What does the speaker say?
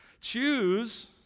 choose